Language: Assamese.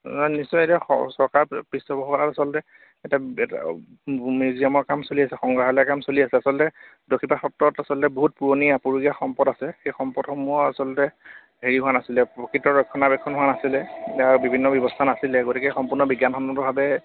নিশ্চয় এতিয়া চৰকাৰৰ পৃষ্ঠপোষকতাত আচলতে এটা মিউজিয়ামৰ কাম চলি আছে সংগ্ৰহালয়ৰ কাম চলি আছে আচলতে দক্ষিণপাট সত্ৰত আচলতে বহুত পুৰণি আপুৰুগীয়া সম্পদ আছে সেই সম্পদসমূহ আচলতে হেৰি হোৱা নাছিলে প্ৰকৃত ৰক্ষণাবেক্ষণ হোৱা নাছিলে বিভিন্ন ব্যৱস্থা নাছিলে গতিকে সম্পূৰ্ণ বিজ্ঞানসন্মতভাৱে